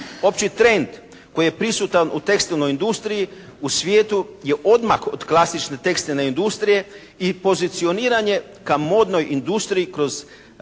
Opći trend koji je prisutan u tekstilnoj industriji u svijetu je odmakao od klasične tekstilne industrije i pozicioniran je ka modnoj industriji kroz